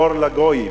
אור לגויים.